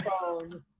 phone